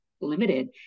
limited